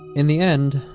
in the end,